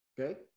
Okay